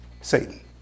Satan